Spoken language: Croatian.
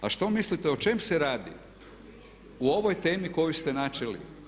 A što mislite o čemu se radi u ovoj temi koju ste načeli?